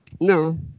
No